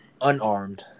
Unarmed